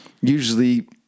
usually